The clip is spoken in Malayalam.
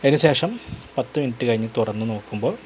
അതിന് ശേഷം പത്ത് മിനിറ്റ് കഴിഞ്ഞ് തുറന്നോക്കുമ്പോൾ